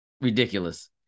ridiculous